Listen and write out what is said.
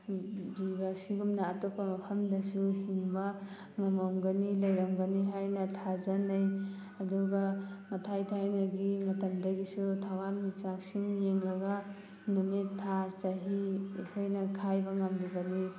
ꯖꯤꯕ ꯑꯁꯤꯒꯨꯝꯅ ꯑꯇꯣꯝꯄ ꯃꯐꯝꯗꯁꯨ ꯍꯤꯡꯕ ꯉꯝꯂꯝꯒꯅꯤ ꯂꯩꯔꯝꯒꯅꯤ ꯍꯥꯏꯅ ꯊꯥꯖꯅꯩ ꯑꯗꯨꯒ ꯃꯊꯥꯏ ꯊꯥꯏꯅꯒꯤ ꯃꯇꯝꯗꯒꯤꯁꯨ ꯊꯋꯥꯟꯃꯤꯆꯥꯛꯁꯤꯡ ꯌꯦꯡꯂꯒ ꯅꯨꯃꯤꯠ ꯊꯥ ꯆꯍꯤ ꯑꯩꯈꯣꯏꯅ ꯈꯥꯏꯕ ꯉꯝꯂꯤꯕꯅꯤ